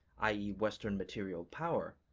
i e. western material power,